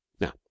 Now